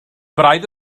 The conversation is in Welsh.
braidd